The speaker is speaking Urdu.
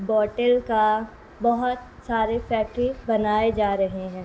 بوٹل کا بہت سارے فیکٹری بنائے جا رہے ہیں